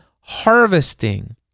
harvesting